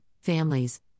families